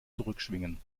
zurückschwingen